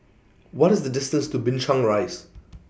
What IS The distance to Binchang Rise